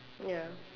ya